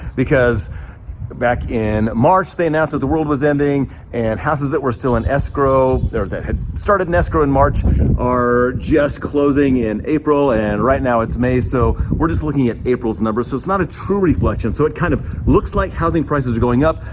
because back in march, they announced that the world was ending and houses that were still in escrow or that had started in escrow in march are just closing in april and right now, it's may, so we're just looking at april's numbers, so it's not a true reflection. so it kind of looks like housing prices are going up,